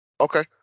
Okay